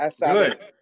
Good